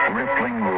rippling